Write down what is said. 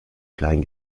klein